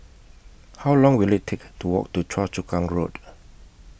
How Long Will IT Take to Walk to Choa Chu Kang Road